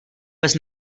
pes